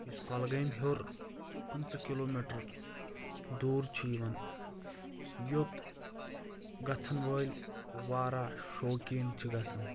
یُس کۄلہٕ گٲمۍ ہیٚور پٕنٛژٕہ کلوٗ میٖٹر دوٗر چھِ یِوان یوٚت گژھن وٲلۍ واریاہ شوقیٖن چھِ گژھان